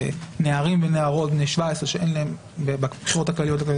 נערים ונערות בני 17 שבבחירות הכלליות לכנסת